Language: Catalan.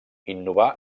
innovar